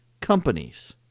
companies